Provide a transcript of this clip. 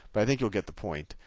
but i think you'll get the point.